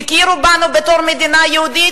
הכירו בנו בתור מדינה יהודית?